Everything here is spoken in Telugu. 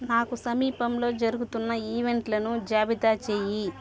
నాకు సమీపంలో జరుగుతున్న ఈవెంట్లను జాబితా చెయ్యి